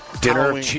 Dinner